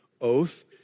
oath